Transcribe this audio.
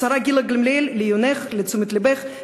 השרה גילה גמליאל, לעיונך, לתשומת לבך.